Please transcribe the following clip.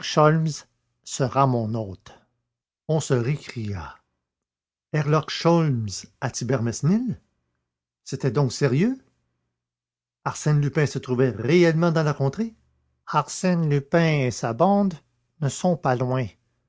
sera mon hôte on se récria herlock sholmès à thibermesnil c'était donc sérieux arsène lupin se trouvait réellement dans la contrée arsène lupin et sa bande ne sont pas loin